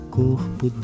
corpo